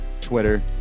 Twitter